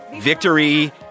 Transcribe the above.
victory